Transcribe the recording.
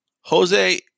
Jose